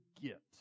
get